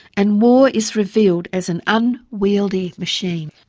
and war is revealed as an unwieldy machine.